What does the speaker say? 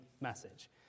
message